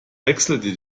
wechselte